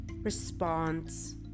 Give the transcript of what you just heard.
response